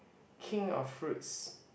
king of fruits